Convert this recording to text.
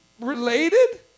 related